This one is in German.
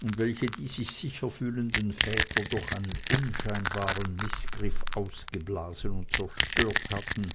und welche die sich sicher fühlenden väter durch einen unscheinbaren mißgriff ausgeblasen und zerstört hatten